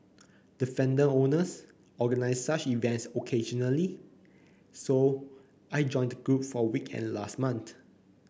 defender owners organise such events occasionally so I joined the group for a weekend last month